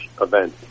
Event